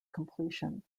completion